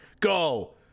Go